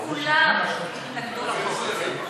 כולם התנגדו לחוק הזה.